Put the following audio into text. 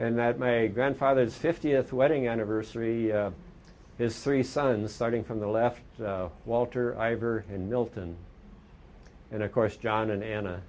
and that my grandfather's fiftieth wedding anniversary his three sons starting from the left walter ivor and milton and of course john an